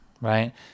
right